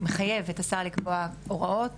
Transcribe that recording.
שמחייב את השר לקבוע הוראות